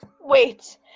Wait